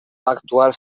actual